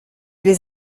les